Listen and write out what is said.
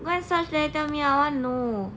go search eh tell me I want to know